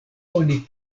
oni